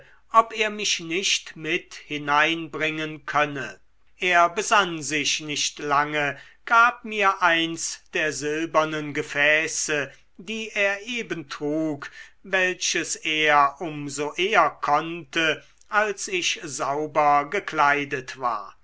ob er mich nicht mit hineinbringen könne er besann sich nicht lange gab mir eins der silbernen gefäße die er eben trug welches er um so eher konnte als ich sauber gekleidet war